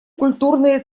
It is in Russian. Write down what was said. культурные